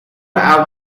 have